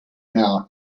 now